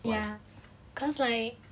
ya cause like